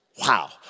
Wow